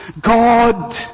God